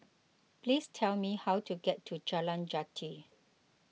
please tell me how to get to Jalan Jati